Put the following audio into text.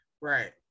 Right